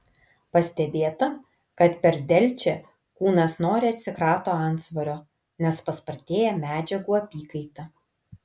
pastebėta kad per delčią kūnas noriai atsikrato antsvorio nes paspartėja medžiagų apykaita